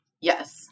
Yes